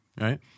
Right